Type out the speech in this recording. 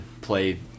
play